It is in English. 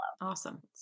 Awesome